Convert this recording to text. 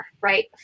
right